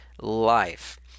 life